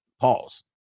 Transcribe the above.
pause